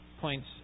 points